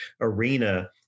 arena